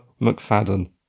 McFadden